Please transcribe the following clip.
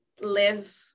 live